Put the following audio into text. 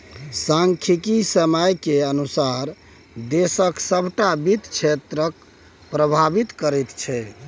सांख्यिकी समय केर अनुसार देशक सभटा वित्त क्षेत्रकेँ प्रभावित करैत छै